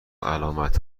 علامت